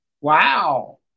Wow